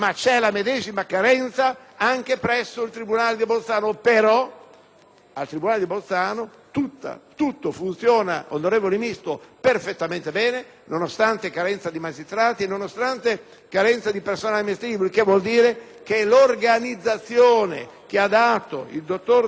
il tribunale di Bolzano tutto funziona, onorevole Ministro, perfettamente bene nonostante la carenza di magistrati e di personale amministrativo, il che vuol dire che l'organizzazione che ha dato il dottor Zanon agli uffici del tribunale di Bolzano è improntata